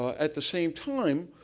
at the same time,